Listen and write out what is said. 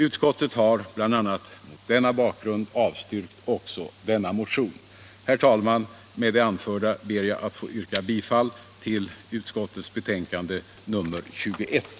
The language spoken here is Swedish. Utskottet har bl.a. mot den bakgrunden avstyrkt också denna motion. Herr talman! Med det anförda ber jag att få yrka bifall till utskottets hemställan i betänkandet nr 21.